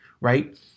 right